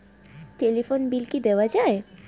Telephone bill কি দেওয়া যায়?